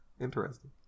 interesting